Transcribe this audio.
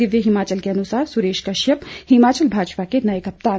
दिव्य हिमाचल के अनुसार सुरेश कश्यप हिमाचल भाजपा के नए कप्तान